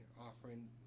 offering